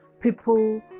people